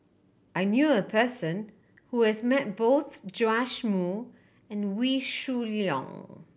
I knew a person who has met both Joash Moo and Wee Shoo Leong